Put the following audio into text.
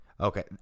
Okay